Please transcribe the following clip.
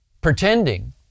pretending